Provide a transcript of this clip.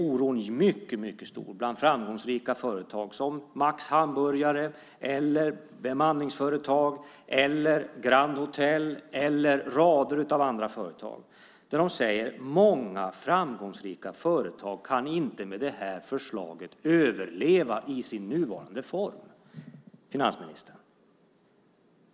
Oron är mycket stor bland framgångsrika företag som Max hamburgare, bemanningsföretag, Grand Hôtel och rader av andra företag. De säger: Många framgångsrika företag kan inte överleva i sin nuvarande form med det här förslaget.